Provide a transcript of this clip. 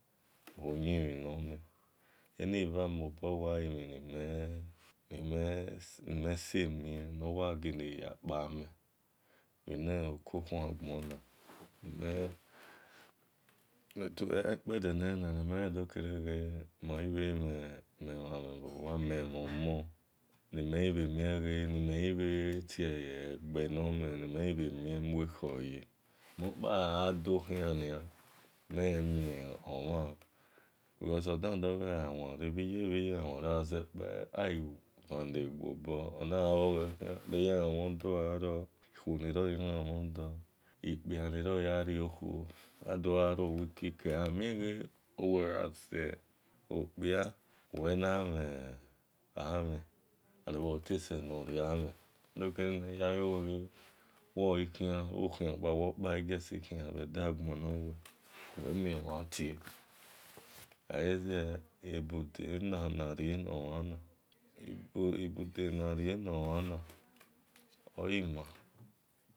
Bhu-yin mhin no men ani eva wamobo yi emhin nime-nimi wa mien, nomobor yakpa men ukpedenelena, nia mhen mhon omon bho-owa mhen, mhen amhen ni mhi ghi bhe tio hi egbe nome nimhe ghi bhe mien mue-ekho yi mokpa gha do khian nia ogha because ode dogha ware aghi vale gbe abor onagha luo-gho khian, ikpia ne ro okhiri-okhuo, ikwo niro okho lomhon odo, adogha rowa ikike aghamie gha uwe gha sokpian uwina mhen amhen and uwe bho tese-enoriamhe uwo ghi khian uwe okpa e just khian bhe edegbon nome olezie ibude na-norie noma hana, ibude na ria nomhan na oghi ma.